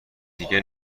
دیگه